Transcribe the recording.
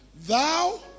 thou